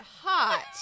hot